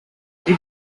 did